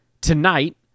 tonight